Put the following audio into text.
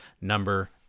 number